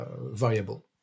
variable